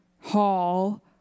hall